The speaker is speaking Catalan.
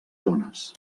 tones